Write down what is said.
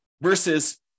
versus